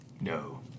No